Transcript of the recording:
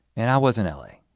and i was and l a.